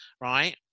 Right